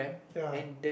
ya